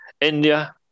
India